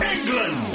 England